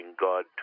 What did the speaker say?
God